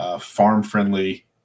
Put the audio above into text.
farm-friendly